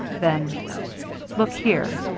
then look here,